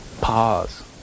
pause